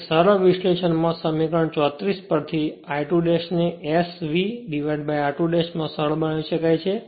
તેથી સરળ વિશ્લેષણમાં સમીકરણ 34 પર થી I2 ને S vr2 માં સરળ બનાવી શકાય